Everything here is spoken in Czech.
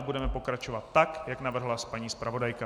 Budeme pokračovat tak, jak navrhla paní zpravodajka.